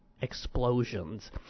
explosions